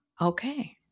Okay